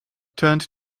turned